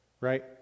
right